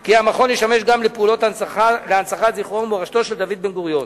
כי המכון ישמש גם לפעולות להנצחת זכרו ומורשתו של דוד בן-גוריון.